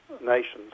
nations